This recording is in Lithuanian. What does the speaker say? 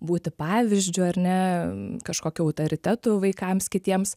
būti pavyzdžiu ar ne kažkokiu autoritetu vaikams kitiems